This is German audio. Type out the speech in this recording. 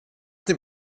dem